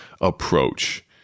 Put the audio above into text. approach